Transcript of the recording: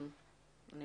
ואני